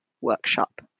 workshop